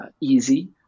easy